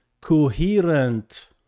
coherent